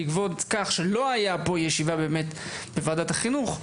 בגלל שלא הייתה פה ישיבה בוועדת החינוך,